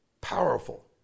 powerful